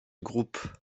groupe